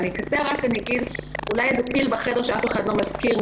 אקצר ואגיד רק שיש אולי איזה פיל בחדר שאף אחד לא מזכיר,